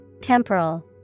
Temporal